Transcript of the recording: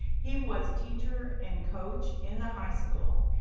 he was teacher and coach in the high school.